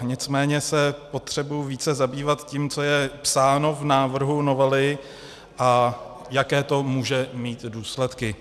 Nicméně se potřebuji více zabývat tím, co je psáno v návrhu novely a jaké to může mít důsledky.